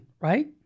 right